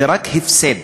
זה רק הפסד,